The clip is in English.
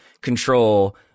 control